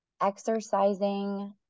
exercising